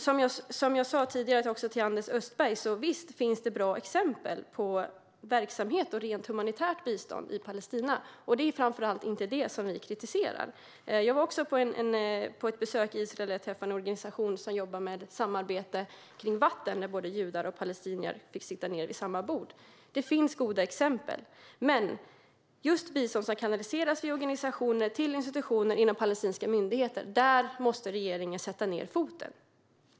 Som jag också sa tidigare till Anders Österberg finns det absolut bra exempel på verksamhet och rent humanitärt bistånd i Palestina. Det är inte framför allt detta vi kritiserar. Jag var också på ett besök i Israel där jag träffade en organisation som jobbar med samarbete när det gäller vatten, där både judar och palestinier fick sitta ned vid samma bord. Det finns goda exempel. Men just när det gäller bistånd som kanaliseras via organisationer till institutioner inom den palestinska myndigheten måste regeringen sätta ned foten.